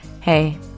Hey